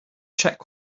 check